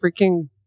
freaking